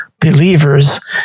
believers